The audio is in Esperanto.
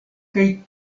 kaj